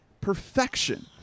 perfection